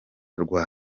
rwa